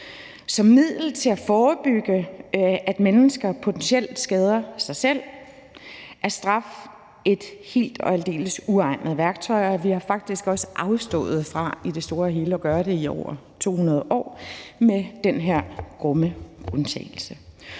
Som middel til at forebygge, at mennesker potentielt skader sig selv, er straf et helt og aldeles uegnet værktøj. Vi har faktisk også afstået fra i det store hele at gøre det i over 200 år med den her grumme undtagelse.